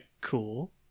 cool